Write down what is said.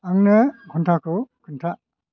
आंनो घण्टाखौ खोन्था